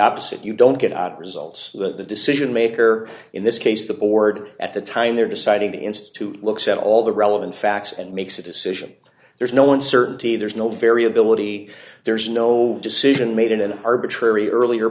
opposite you don't get out results with the decision maker in this case the board at the time they're deciding to institute looks at all the relevant facts and makes a decision there's no one certainty there's no variability there's no decision made in an arbitrary earlier